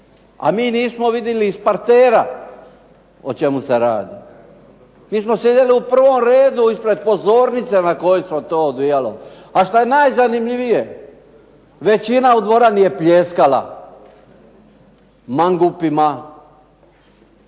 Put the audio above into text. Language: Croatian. a mi nismo vidjeli iz partera o čemu se radi. Mi smo sjedili u prvom redu ispred pozornost na kojoj se to odvijalo. A što je najzanimljivije većina u dvorani je pljeskala mangupima.